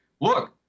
look